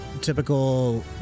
typical